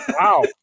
Wow